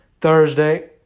Thursday